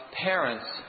parents